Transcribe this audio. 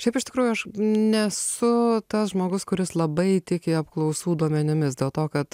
šiaip iš tikrųjų aš nesu tas žmogus kuris labai tiki apklausų duomenimis dėl to kad